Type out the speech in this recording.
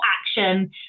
action